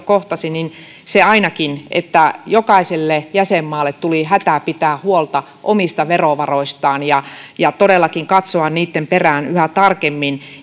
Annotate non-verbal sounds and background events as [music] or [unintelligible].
[unintelligible] kohtasi niin se ainakin että jokaiselle jäsenmaalle tuli hätä pitää huolta omista verovaroistaan ja ja todellakin katsoa niitten perään yhä tarkemmin [unintelligible]